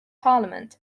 parliament